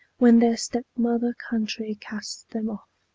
when their step-mother country casts them off.